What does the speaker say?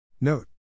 Note